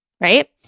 right